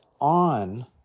on